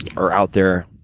are out there,